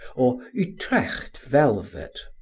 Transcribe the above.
or utrecht velvet,